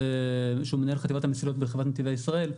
שהוא מנהל חטיבת המסילות של חברת נתיבי ישראל.